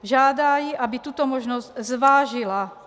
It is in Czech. Žádá ji, aby tuto možnost zvážila.